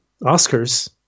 Oscars